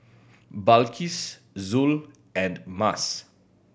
Balqis Zul and Mas